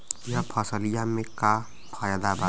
यह फसलिया में का फायदा बा?